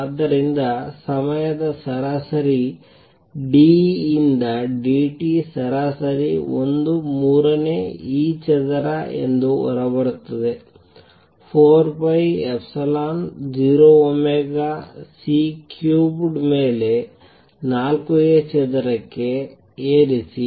ಆದ್ದರಿಂದ ಸಮಯದ ಸರಾಸರಿ d E ಯಿಂದ d t ಸರಾಸರಿ 1 ಮೂರನೇ e ಚದರ ಎಂದು ಹೊರಬರುತ್ತದೆ 4 pi epsilon 0 omega C cubed ಮೇಲೆ 4 A ಚದರಕ್ಕೆ ಏರಿಸಿ